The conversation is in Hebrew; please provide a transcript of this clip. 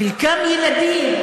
חלקם ילדים.